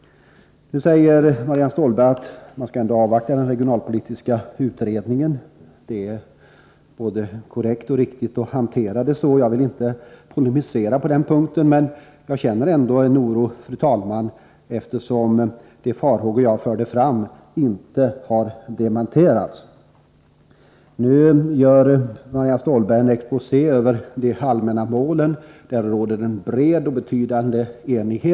Man skall avvakta den regionalpolitiska utredningen, sade Marianne Stålberg vidare. Det är både korrekt och vanligt att hantera saken så, och jag vill inte polemisera på den punkten. Men jag känner ändå en oro, fru talman, eftersom de farhågor jag förde fram inte har dementerats. Marianne Stålberg gjorde en exposé över de allmänna målen, och om dem råder en bred och betydande enighet.